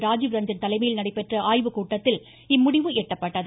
ராஜீவ் ரஞ்சன் தலைமையில் நடைபெற்ற ஆய்வுக்கூட்டத்தில் இம்முடிவு எட்டப்பட்டது